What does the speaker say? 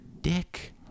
dick